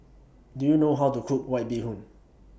Do YOU know How to Cook White Bee Hoon